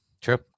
True